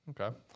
Okay